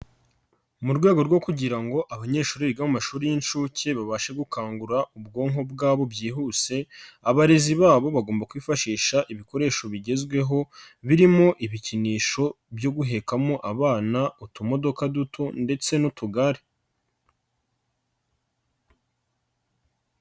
Mu rwego rwo kugira ngo abanyeshuri biga mu amashuri y'inshuke babashe gukangura ubwonko bwabo byihuse, abarezi babo bagomba kwifashisha ibikoresho bigezweho, birimo ibikinisho byo guhekamo abana, utumodoka duto ndetse n'utugare.